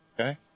Okay